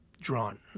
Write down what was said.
drawn